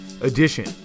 edition